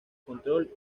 control